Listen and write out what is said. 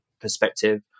perspective